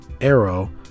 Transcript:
Arrow